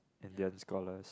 Indian scholars